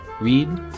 read